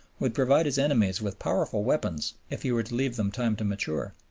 would provide his enemies with powerful weapons, if he were to leave them time to mature.